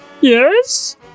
Yes